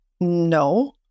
No